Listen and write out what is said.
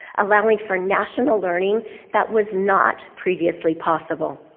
allowing for national learning that was not previously possible.